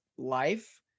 life